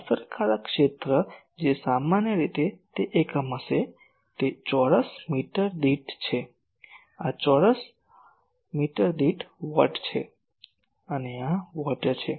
તેથી અસરકારક ક્ષેત્ર જે સામાન્ય રીતે તે એકમ હશે તે ચોરસ મીટર છે આ મીટર ચોરસ દીઠ વોટ છે અને આ વોટ છે